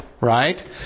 Right